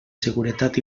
seguretat